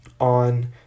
on